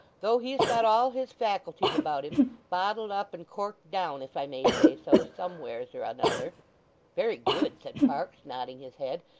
though he's got all his faculties about him bottled up and corked down, if i may say so, somewheres or another very good said parkes, nodding his head.